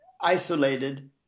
isolated